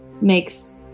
makes